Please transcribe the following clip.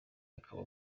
akaba